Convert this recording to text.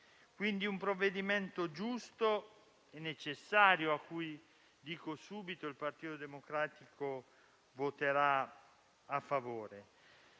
quindi di un provvedimento giusto e necessario, su cui - lo dico subito - il Partito Democratico voterà a favore.